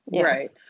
right